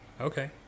Okay